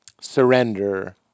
surrender